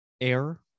air